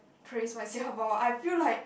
trace what is say how about I feel like